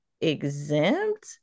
exempt